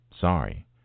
Sorry